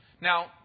now